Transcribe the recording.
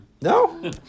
No